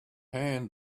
hand